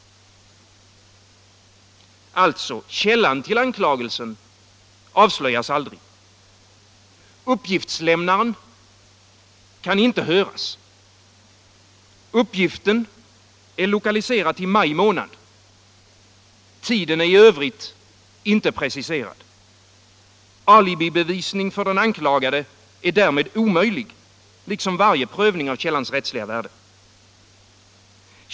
Alltså: Källan till anklagelsen avslöjas aldrig. Uppgiftslämnaren kan inte höras. Uppgiften är lokaliserad till maj månad. Tiden är i övrigt inte preciserad. Alibibevisning för den anklagade är därmed omöjlig, liksom varje prövning av källans rättsliga värde.